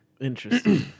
Interesting